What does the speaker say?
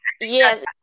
yes